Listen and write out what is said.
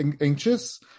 anxious